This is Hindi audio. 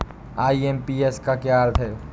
आई.एम.पी.एस का क्या अर्थ है?